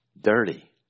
Dirty